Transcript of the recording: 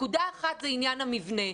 נקודה אחת זה עניין המבנה,